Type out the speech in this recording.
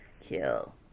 kill